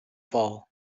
fall